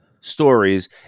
stories